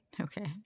okay